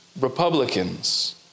republicans